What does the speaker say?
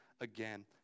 again